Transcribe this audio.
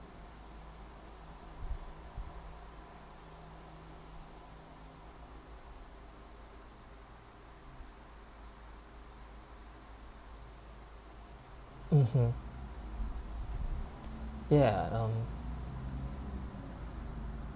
mmhmm ya um